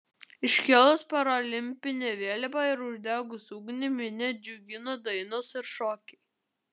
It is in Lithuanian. iškėlus paralimpinę vėliavą ir uždegus ugnį minią džiugino dainos ir šokiai